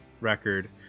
record